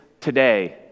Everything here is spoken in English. today